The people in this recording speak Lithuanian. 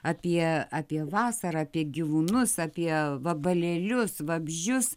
apie apie vasarą apie gyvūnus apie vabalėlius vabzdžius